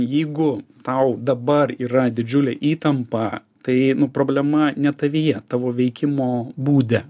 jeigu tau dabar yra didžiulė įtampa tai problema ne tavyje tavo veikimo būde